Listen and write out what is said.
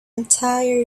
entire